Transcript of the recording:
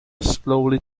slowly